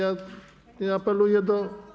Apeluję do.